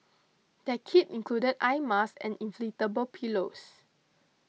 their kit included eye masks and inflatable pillows